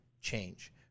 change